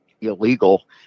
illegal